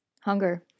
hunger